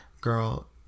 Girl